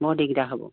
বৰ দিগদাৰ হ'ব